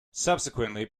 subsequently